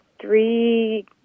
three